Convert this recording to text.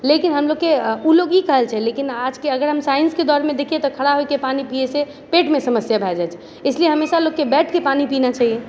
लेकिन हमलोगोको ओ लोग ई कहल छै लेकिन आजके अगर हम साइंसके दौड़मे देखियै तऽ खड़ा होइके पानि पियैसे पेटमे समस्या भए जाइ छै ईसलिए हमेशा लोककेँ बैठके पानि पीना चाहिए